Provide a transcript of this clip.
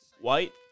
white